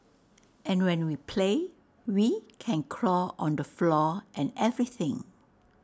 and when we play we can crawl on the floor and everything